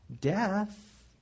death